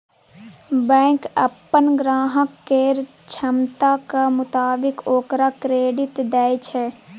bank अप्पन ग्राहक केर क्षमताक मोताबिक ओकरा क्रेडिट दय छै